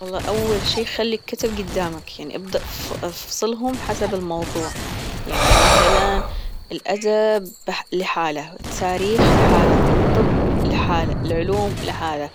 والله أول شي خلي الكتب جدامك يعني ابدأ أفصلهم حسب الموضوع يعني مثلا الأدب لحاله التاريخ لحاله الطب لحاله العلوم لحاله